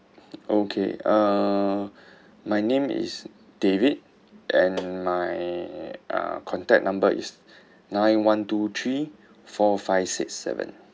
okay uh my name is david and my uh contact number is nine one two three four five six seven